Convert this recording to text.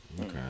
Okay